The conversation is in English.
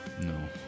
no